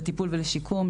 לטיפול ולשיקום,